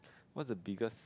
what's the biggest